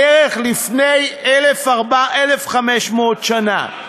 בערך לפני 1,500 שנה.